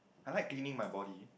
I like cleaning my body